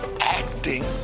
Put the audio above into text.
acting